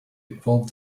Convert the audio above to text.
involve